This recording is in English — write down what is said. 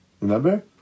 Remember